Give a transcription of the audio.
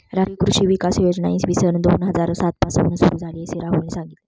राष्ट्रीय कृषी विकास योजना इसवी सन दोन हजार सात पासून सुरू झाली, असे राहुलने सांगितले